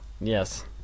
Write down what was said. Yes